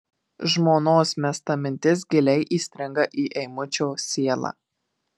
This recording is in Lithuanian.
žmonos mesta mintis giliai įstringa į eimučio sielą